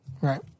Right